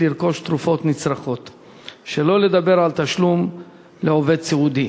לרכוש תרופות ו/או לממן עובד סיעודי.